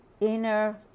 inner